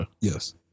Yes